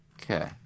okay